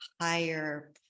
higher